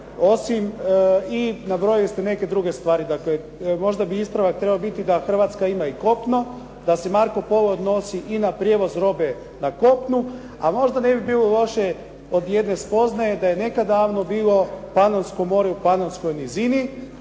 Osim i nabrojili ste neke druge stvari. Dakle, možda bi ispravak trebao biti da Hrvatska ima i kopno, da se Marco Polo odnosi i na prijevoz robe na kopnu. A možda ne bi bilo loše od jedna spoznaje da je nekada davno bilo panonsko more u panonskoj nizini